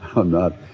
i'm not,